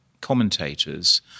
commentators